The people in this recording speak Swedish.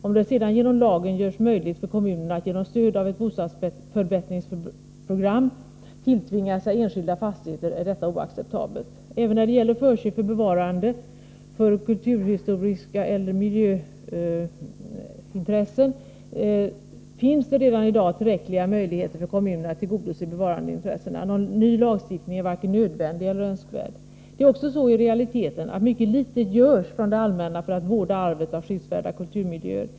Om det sedan genom lagen görs möjligt för kommunerna att genom stöd av ett bostadsförbättringsprogram tilltvinga sig enskilda fastigheter är detta oacceptabelt. Även när det gäller förköp för bevarande av egendom som är värdefull från kulturhistoriska eller miljömässiga synpunkter finns det redan i dag tillräckliga möjligheter för kommunerna att tillgodose bevarandeintressena. Någon ny lagstiftning är varken nödvändig eller önskvärd. I realiteten är det också så att mycket litet görs från det allmänna för att vårda arvet av skyddsvärda kulturmiljöer.